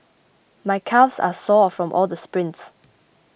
my calves are sore from all the sprints